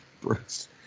bruce